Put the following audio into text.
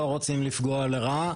לא רוצים לפגוע לרעה.